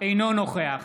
אינו נוכח